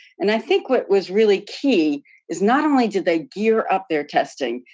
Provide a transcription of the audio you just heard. and, i think, what was really key is not only did they gear up their testing,